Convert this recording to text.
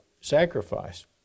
sacrifice